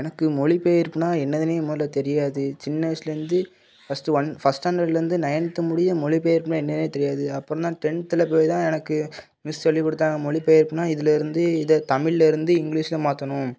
எனக்கு மொழிபெயர்ப்புனா என்னதுன்னே முதல்ல தெரியாது சின்ன வயிசுலருந்து ஃபர்ஸ்ட்டு ஒன் ஃபர்ஸ்ட் ஸ்டாண்டர்ட்லருந்து நைன்த்து முடிய மொழிபெயர்ப்புனா என்னென்னே தெரியாது அப்புறம் தான் டென்த்தில் போய் தான் எனக்கு மிஸ் சொல்லிக் கொடுத்தாங்க மொழி பெயர்ப்புன்னா இதுலருந்து இதை தமில்லேருந்து இங்கிலீஷில் மாற்றணும்